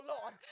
Lord